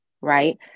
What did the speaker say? right